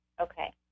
Okay